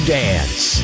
dance